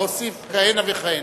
להוסיף כהנה וכהנה.